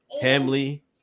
Hamley